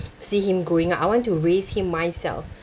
see him growing up I want to raise him myself